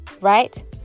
right